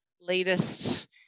latest